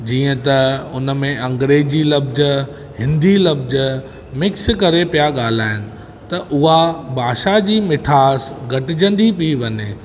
जीअं त उन मे अंग्रेजी लफ़्ज़ हिंदी लफ़्ज़ मिक्स करे पिया ॻाल्हाइण त उहा भाषा जी मिठास घटिजंदी पई वञे